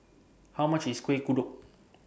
How much IS Kuih Kodok